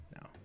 No